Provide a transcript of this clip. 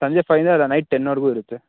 ಸಂಜೆ ಫೈವ್ಯಿಂದ ನೈಟ್ ಟೆನ್ವರೆಗೂ ಇರುತ್ತೆ